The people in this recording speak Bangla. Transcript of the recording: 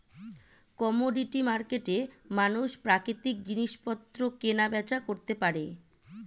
কমোডিটি মার্কেটে মানুষ প্রাকৃতিক জিনিসপত্র কেনা বেচা করতে পারে